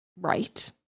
right